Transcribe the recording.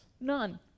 None